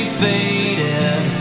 faded